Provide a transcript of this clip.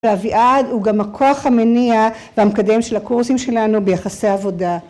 ‫ואביעד הוא גם הכוח המניע ‫והמקדם של הקורסים שלנו ביחסי עבודה.